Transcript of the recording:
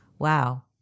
Wow